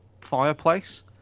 fireplace